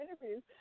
interviews